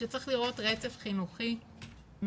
שצריך לראות רצף חינוכי מההתחלה.